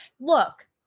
look